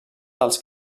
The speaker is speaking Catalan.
dels